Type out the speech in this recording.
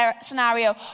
scenario